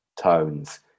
tones